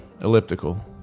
Elliptical